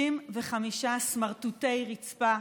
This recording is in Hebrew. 65 סמרטוטי רצפה,